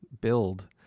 build